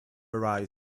arise